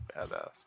Badass